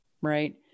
Right